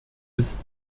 ist